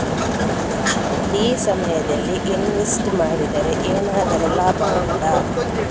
ಈ ಸಮಯದಲ್ಲಿ ಇನ್ವೆಸ್ಟ್ ಮಾಡಿದರೆ ಏನಾದರೂ ಲಾಭ ಉಂಟಾ